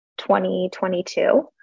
2022